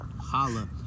holla